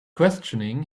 questioning